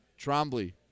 Trombley